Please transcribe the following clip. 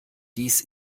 dies